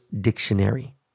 Dictionary